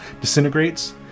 disintegrates